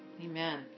Amen